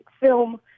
film